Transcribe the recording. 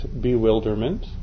bewilderment